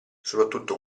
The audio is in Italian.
soprattutto